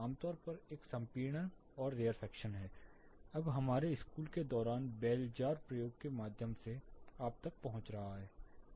आमतौर पर यह एक संपीड़न रेयरफैक्शन है यह हमारे स्कूल के दौरान बेल जार प्रयोग के माध्यम से आप तक पहुंच रहा है